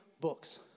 books